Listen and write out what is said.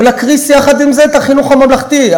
ונקריס יחד עם זה את החינוך הממלכתי.